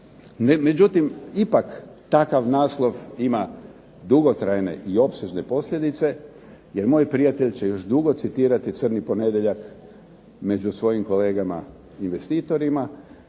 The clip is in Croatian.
Međutim ipak takav naslov ima dugotrajne i opsežne posljedice, jer moj prijatelj će još dugo citirati crni ponedjeljak, među svojim kolegama investitorima,